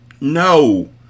No